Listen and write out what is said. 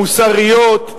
מוסריות,